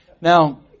Now